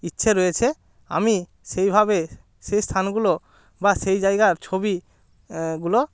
ইচ্ছে রয়েছে আমি সেইভাবে সে স্থানগুলো বা সেই জায়গার ছবি গুলো